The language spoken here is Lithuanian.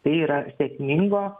tai yra sėkmingo